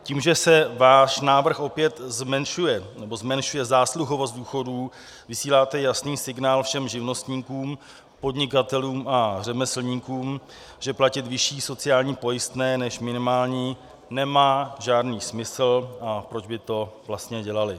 Tím, že se váš návrh opět zmenšuje, nebo zmenšuje zásluhovost důchodů, vysíláte jasný signál všem živnostníkům, podnikatelům a řemeslníkům, že platit vyšší sociální pojistné než minimální nemá žádný smysl, a proč by to vlastně dělali.